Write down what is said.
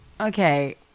Okay